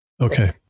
Okay